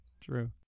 true